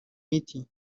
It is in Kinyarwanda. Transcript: miti